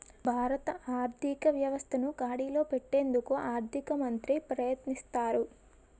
భారత ఆర్థిక వ్యవస్థను గాడిలో పెట్టేందుకు ఆర్థిక మంత్రి ప్రయత్నిస్తారు